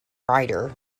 writer